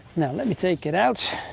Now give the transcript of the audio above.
now let me take it out.